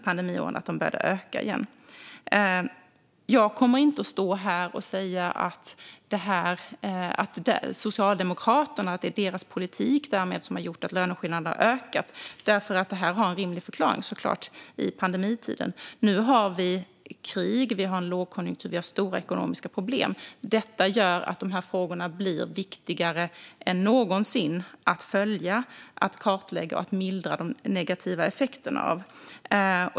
Jag kommer inte att stå här och säga att det är Socialdemokraternas politik som har gjort att löneskillnaderna ökat, för detta har naturligtvis en rimlig förklaring i pandemitider. Nu är det dessutom krig, lågkonjunktur och stora ekonomiska problem. Det gör att de här frågorna blir viktigare än någonsin att följa, kartlägga och mildra de negativa effekterna av.